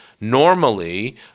normally